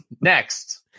next